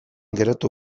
geratu